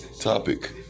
Topic